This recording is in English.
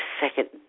second